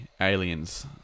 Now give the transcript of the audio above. aliens